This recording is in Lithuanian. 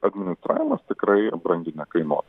administravimas tikrai brangiai nekainuotų